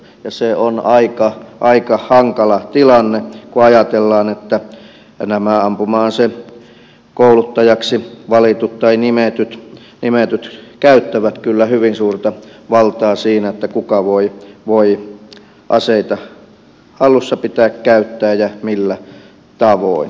ja se on aika hankala tilanne kun ajatellaan että nämä ampuma asekouluttajaksi nimetyt käyttävät kyllä hyvin suurta valtaa siinä kuka voi aseita hallussa pitää käyttää ja millä tavoin